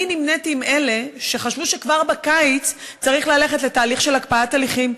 אני נמנית עם אלה שחשבו כבר בקיץ שצריך ללכת לתהליך של הקפאת הליכים,